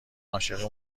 عاشق